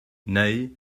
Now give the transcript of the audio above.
neu